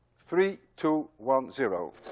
three, two, one, zero.